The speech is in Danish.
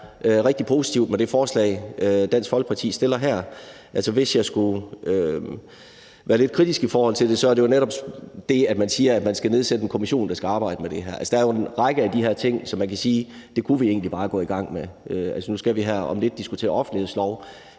rigtig positivt med det forslag, Dansk Folkeparti har fremsat. Hvis jeg skulle være lidt kritisk i forhold til det, er det jo netop det, at man siger, at der skal nedsættes en kommission, der skal arbejde med det her. Der er jo en række af de her ting, som man kan sige vi egentlig bare kunne gå i gang med. Nu skal vi her om lidt diskutere offentlighedslov,